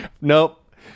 Nope